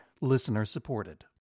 listener-supported